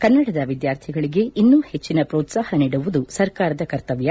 ಕನ್ನಡದ ವಿದ್ಯಾರ್ಥಿಗಳಿಗೆ ಇನ್ನೂ ಹೆಜ್ಜಿನ ಪೋತ್ಸಾಹ ನೀಡುವುದು ಸರ್ಕಾರದ ಕರ್ತಮ್ಯ